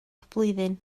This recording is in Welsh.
blwyddyn